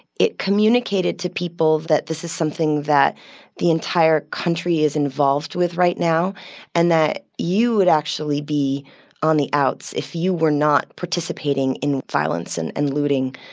it communicated to people that this is something that the entire country is involved with right now and that you would actually be on the outs if you were not participating in violence and and looting.